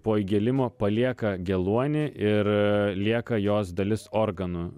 po įgėlimo palieka geluonį ir lieka jos dalis organų